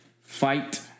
Fight